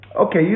Okay